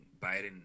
Biden